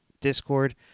Discord